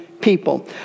people